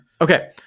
Okay